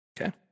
Okay